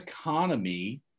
economy